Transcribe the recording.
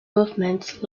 movements